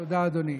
תודה, אדוני.